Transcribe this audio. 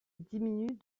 diminuent